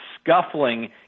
scuffling